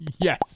Yes